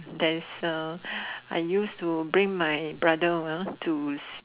that is the I use to bring my brother uh to